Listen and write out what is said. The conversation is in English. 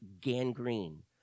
gangrene